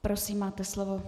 Prosím, máte slovo.